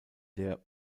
der